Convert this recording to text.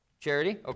Charity